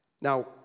Now